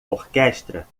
orquestra